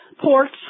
Ports